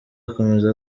akomeza